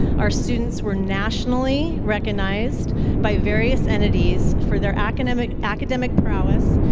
our students were nationally recognized by various entities for their academic academic prowess,